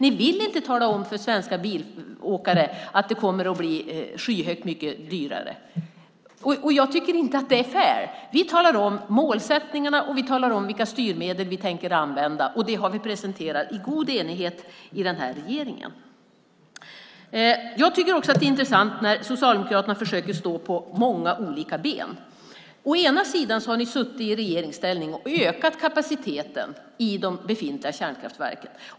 De vill inte tala om för svenska bilåkare att det kommer att bli mycket dyrare att åka bil. Jag tycker inte att detta är fair. Vi talar om målsättningarna och vilka styrmedel vi tänker använda, och regeringen har presenterat det hela i stor enighet. Det är intressant när Socialdemokraterna försöker stå på många olika ben samtidigt. De har suttit i regeringsställning och ökat kapaciteten i de befintliga kärnkraftverken.